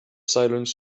silence